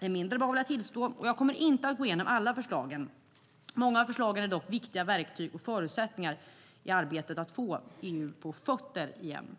är mindre bra, vill jag tillstå. Jag kommer inte att gå igenom alla förslag. Många av dem är dock viktiga verktyg och förutsättningar i arbetet med att få EU på fötter igen.